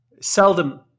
seldom